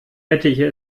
hätte